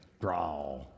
Draw